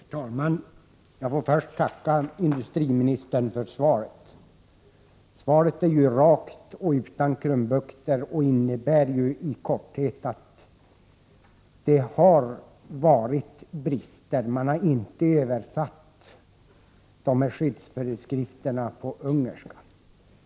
Herr talman! Jag får först tacka industriministern för svaret. Svaret är rakt och utan krumbukter och innebär i korthet att det har varit brister. Man har inte översatt skyddsföreskrifterna till ungerska.